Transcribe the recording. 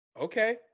Okay